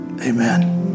Amen